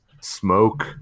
smoke